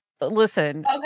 Listen